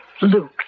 Luke